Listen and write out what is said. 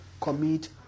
commit